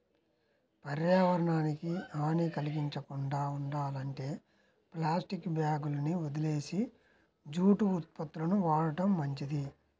పర్యావరణానికి హాని కల్గించకుండా ఉండాలంటే ప్లాస్టిక్ బ్యాగులని వదిలేసి జూటు ఉత్పత్తులను వాడటం మంచిది